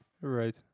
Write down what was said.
Right